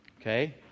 okay